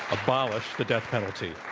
abolish the death penalty.